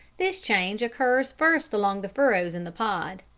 this change occurs first along the furrows in the pod.